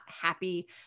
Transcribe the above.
happy